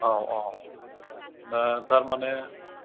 औ औ दा थारमाने